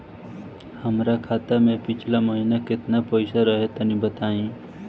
हमरा खाता मे पिछला महीना केतना पईसा रहे तनि बताई?